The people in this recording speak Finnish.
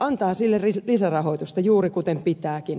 antaa sille lisärahoitusta juuri kuten pitääkin